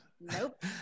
Nope